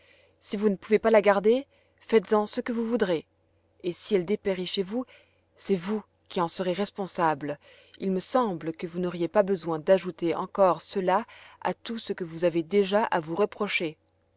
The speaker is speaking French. si vous ne pouvez pas la garder faites-en ce que vous voudrez et si elle dépérit chez vous c'est vous qui en serez responsable il me semble que vous n'auriez pas besoin d'ajouter encore cela à tout ce que vous avez déjà à vous reprocher